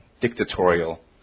dictatorial